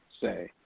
say